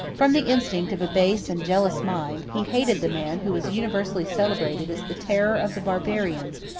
from the instinct of a base and jealous mind, he hated the man who was universally celebrated as the terror of the barbarians,